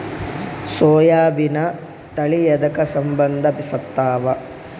ಸೋಯಾಬಿನ ತಳಿ ಎದಕ ಸಂಭಂದಸತ್ತಾವ?